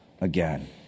again